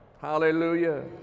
hallelujah